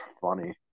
funny